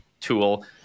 tool